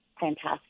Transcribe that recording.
fantastic